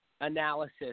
analysis